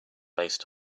based